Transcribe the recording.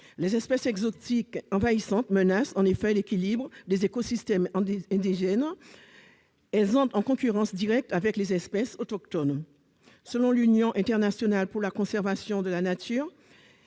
les espèces exotiques envahissantes menacent l'équilibre des écosystèmes indigènes. Elles entrent en concurrence directe avec les espèces autochtones. Selon l'Union internationale pour la conservation de la nature,